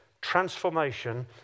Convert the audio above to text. transformation